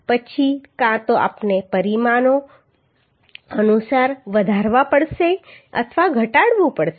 પછી કાં તો આપણે પરિણામો અનુસાર વધારવું અથવા ઘટાડવું પડશે